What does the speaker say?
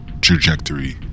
trajectory